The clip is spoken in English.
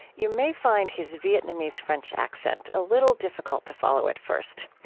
you may find his vietnamese-french accent a little difficult to follow at first.